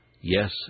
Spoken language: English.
Yes